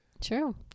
True